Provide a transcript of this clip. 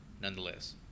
nonetheless